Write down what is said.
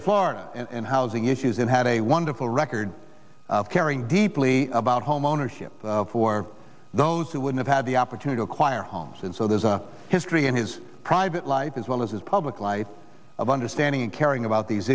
of florida and housing issues and had a wonderful record of caring deeply about homeownership for those who would have had the opportunity acquire homes and so there's a history in his private life as well as his public life of understanding and caring about these